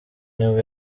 nibwo